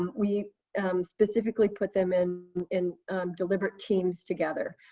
we specifically put them in in deliberate teams together.